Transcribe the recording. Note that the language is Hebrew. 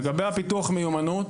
הדבר האחרון הוא לגבי פיתוח המיומנויות.